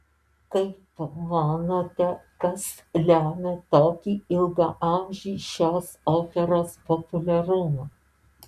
kaip manote kas lemia tokį ilgaamžį šios operos populiarumą